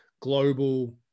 global